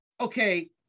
okay